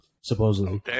supposedly